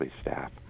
staff